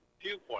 viewpoint